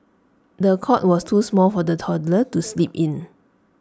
the cot was too small for the toddler to sleep in